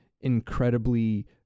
incredibly